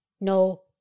no